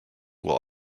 will